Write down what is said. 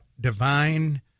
divine